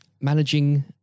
managing